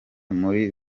muri